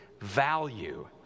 value